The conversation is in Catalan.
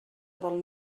del